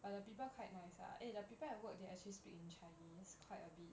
but the people quite nice ah eh the people at work they actually speak in chinese quite a bit